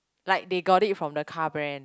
like they got it from the car brand